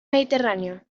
mediterráneo